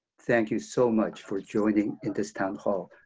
thank you so much for joining in this town hall,